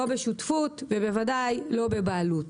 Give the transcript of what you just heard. לא בשותפות ובוודאי לא בבעלות.